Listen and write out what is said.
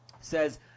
says